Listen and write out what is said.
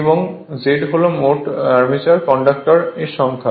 এবং Z মোট armature কন্ডাক্টরের সংখ্যা